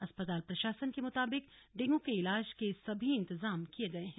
अस्पताल प्रशासन के मुताबिक डेंगू के इलाज के सभी इंतजाम किये गए हैं